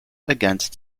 against